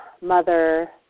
mother